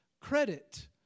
credit